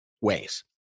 ways